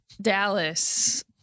Dallas